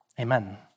Amen